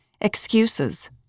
Excuses